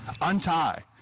Untie